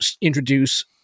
introduce